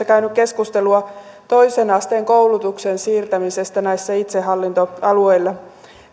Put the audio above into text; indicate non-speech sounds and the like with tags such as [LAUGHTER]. [UNINTELLIGIBLE] käynyt keskustelua toisen asteen koulutuksen siirtämisestä näille itsehallintoalueille